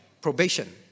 Probation